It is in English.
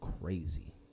crazy